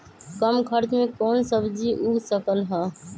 कम खर्च मे कौन सब्जी उग सकल ह?